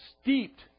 steeped